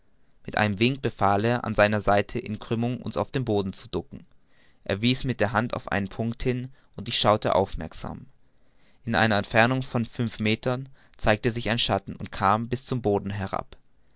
mit einem wink befahl er an seiner seite in einer krümmung uns auf den boden zu ducken er wies mit der hand auf einen punkt hin und ich schaute aufmerksam in einer entfernung von fünf meter zeigte sich ein schatten und kam bis zum boden herab